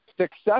success